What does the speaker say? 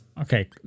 Okay